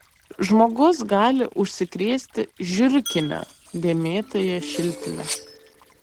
žmogus gali užsikrėsti žiurkine dėmėtąja šiltine